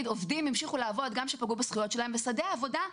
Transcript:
עובדים המשיכו לעבוד גם כשפגעו בזכויות שלהם ושדה העבודה,